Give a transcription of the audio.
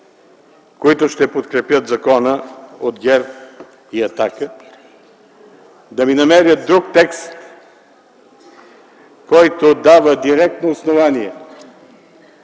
които ще подкрепят закона, да ми намерят друг текст, който дава директно основание